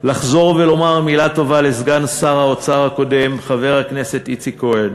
לחזור ולומר מילה טובה לסגן שר האוצר הקודם חבר הכנסת איציק כהן